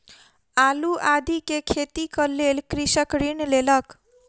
आलू आदि के खेतीक लेल कृषक ऋण लेलक